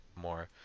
more